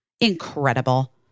Incredible